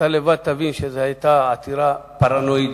אתה לבד תבין שזאת היתה עתירה פרנואידית.